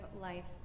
life